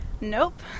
Nope